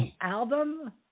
album